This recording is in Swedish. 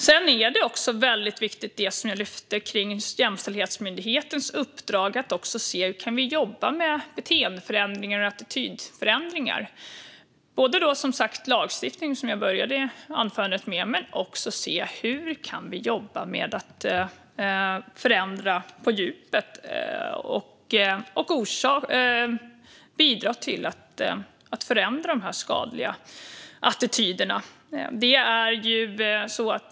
Sedan är det som jag lyfte fram om Jämställdhetsmyndighetens uppdrag också viktigt, alltså att se på hur vi kan jobba med beteende och attitydförändringar. Det handlar både om lagstiftning, som jag började anförandet med, och om att titta på hur vi kan jobba med att förändra på djupet och bidra till att förändra de här skadliga attityderna.